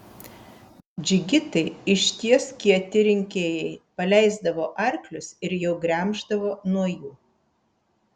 džigitai iš ties kieti rinkėjai paleisdavo arklius ir jau gremždavo nuo jų